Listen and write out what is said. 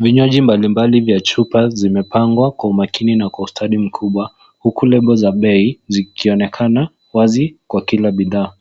Vinywaji mbalimbali vya chupa zimepangwa kwa umakini na kwa ustadi mkubwa, huku labo za bei zikionekana wazi kwa kila bidhaa.